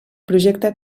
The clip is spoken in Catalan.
projecte